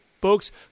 books